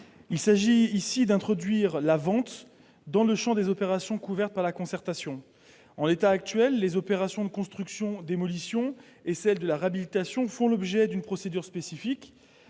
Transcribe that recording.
Il s'agit ici d'introduire la vente dans le champ des opérations couvertes par la concertation. En l'état actuel, les opérations de construction-démolition, ainsi que celles de réhabilitation font l'objet d'une procédure spécifique